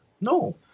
no